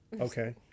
Okay